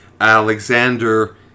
Alexander